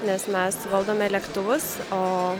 nes mes valdome lėktuvus o